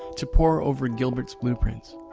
to pour over gilbert's blueprints.